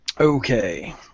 Okay